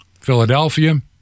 Philadelphia